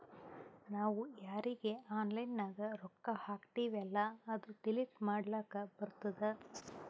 ನಾವ್ ಯಾರೀಗಿ ಆನ್ಲೈನ್ನಾಗ್ ರೊಕ್ಕಾ ಹಾಕ್ತಿವೆಲ್ಲಾ ಅದು ಡಿಲೀಟ್ ಮಾಡ್ಲಕ್ ಬರ್ತುದ್